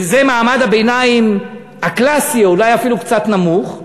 וזה מעמד הביניים הקלאסי, אולי אפילו קצת נמוך.